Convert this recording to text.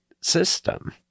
system